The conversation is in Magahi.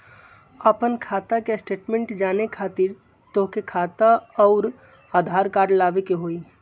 आपन खाता के स्टेटमेंट जाने खातिर तोहके खाता अऊर आधार कार्ड लबे के होइ?